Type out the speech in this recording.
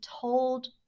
told